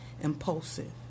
impulsive